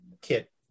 kit